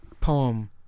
Poem